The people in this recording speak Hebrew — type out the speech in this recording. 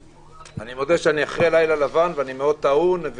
אני מודה שאני אחרי לילה לבן ואני מאוד טעון.